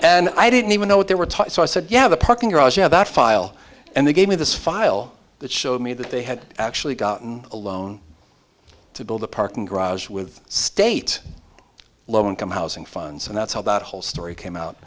and i didn't even know what they were taught so i said yeah the parking garage you have that file and they gave me this file that showed me that they had actually gotten a loan to build a parking garage with state low income housing funds and that's how that whole story came out